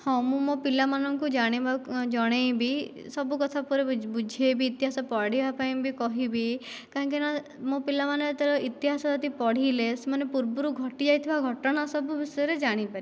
ହଁ ମୁଁ ମୋ' ପିଲାମାନଙ୍କୁ ଜାଣିବାକୁ ଜଣାଇବି ସବୁ କଥା ପୁରା ବୁଝାଇବି ଇତିହାସ ପଢ଼ିବା ପାଇଁ ବି କହିବି କାହିଁକି ନା ମୋ' ପିଲାମାନେ ଯେତେବେଳେ ଇତିହାସ ଯଦି ପଢ଼ିଲେ ସେମାନେ ପୁର୍ବରୁ ଘଟିଯାଇଥିବା ଘଟଣା ସବୁ ବିଷୟରେ ଜାଣି ପାରିବେ